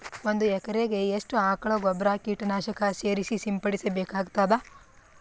ಒಂದು ಎಕರೆಗೆ ಎಷ್ಟು ಆಕಳ ಗೊಬ್ಬರ ಕೀಟನಾಶಕ ಸೇರಿಸಿ ಸಿಂಪಡಸಬೇಕಾಗತದಾ?